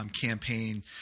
campaign